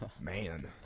man